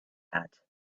had